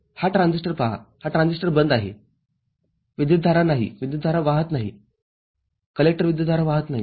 हा ट्रान्झिस्टर पहा हा ट्रान्झिस्टर बंद आहे विद्युतधारा नाहीविद्युतधारा वाहत नाही कलेक्टर विद्युतधारा वाहत नाही